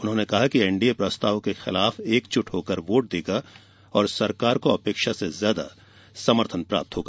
उन्होंने कहा कि एनडीए प्रस्ताव के खिलाफ एकजुट होकर वोट देगा और सरकार को अपेक्षा से ज्यादा समर्थन प्राप्त होगा